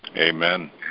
amen